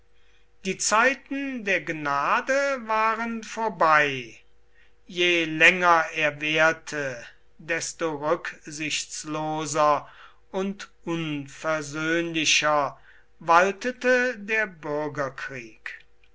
die zeiten der gnade waren vorbei je länger er währte desto rücksichtsloser und unversöhnlicher waltete der bürgerkrieg